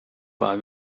war